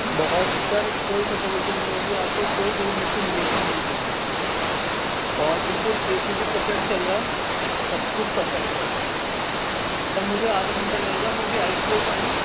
بہت سر کوئی سفوکیشن نہیں ہوگی آپ کو کوئی دھول مٹی ملے گی نہیں بالکل بھی اور بالکل اے سی بھی پرفیکٹ چل رہا ہے سب کچھ پرفیکٹ ہے سر مجھے آدھا گھنٹہ لگے گا میں ابھی آئی ٹی او پر ہوں